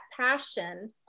passion